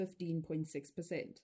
15.6%